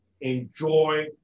enjoy